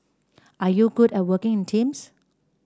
are you good at working in teams